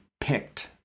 picked